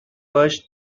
worst